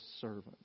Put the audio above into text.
servant